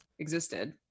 existed